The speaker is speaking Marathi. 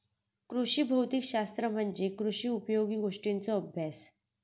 कृषी भौतिक शास्त्र म्हणजे कृषी उपयोगी गोष्टींचों अभ्यास